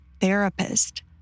therapist